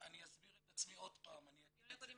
אני אסביר את עצמי עוד פעם, אני אגיד את זה.